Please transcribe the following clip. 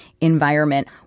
environment